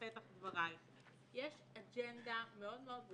בפתח דברייך שיש אג'נדה מאוד-מאוד ברורה,